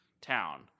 town